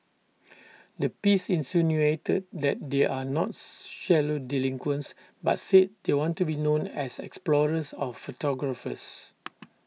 the piece insinuated that they are not shallow delinquents but said they want to be known as explorers or photographers